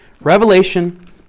Revelation